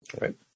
right